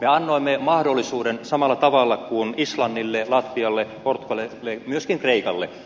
me annoimme mahdollisuuden samalla tavalla kuin islannille latvialle portugalille myöskin kreikalle